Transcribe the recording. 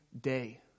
day